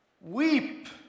weep